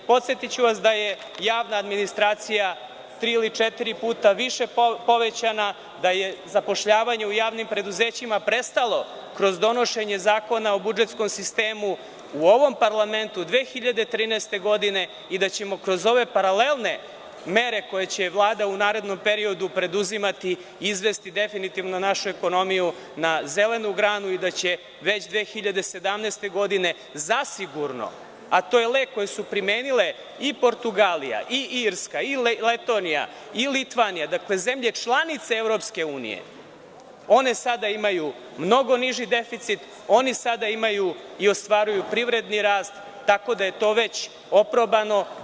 Podsetiću vas da je javna administracija 3 ili 4 puta više povećana, da je zapošljavanje u javnim preduzećima prestalo kroz donošenje Zakona o budžetskom sistemu u ovom parlamentu, 2013. godine i da ćemo kroz ove paralelne mere, koje će Vlada u narednom periodu preduzimati i izvesti definitivno našu ekonomiju, na zelenu granu i da će već 2017. godine, zasigurno, a to je lek koji su primenile Portugalija, Irska, Letonija i Litvanija, zemlje članice EU, one sada imaju mnogo niži deficit, oni sada imaju i ostvaruju privredni rast, tako da je to već oprobano.